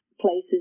places